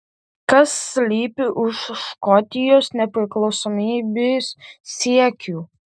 kas slypi už škotijos nepriklausomybės siekių